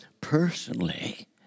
personally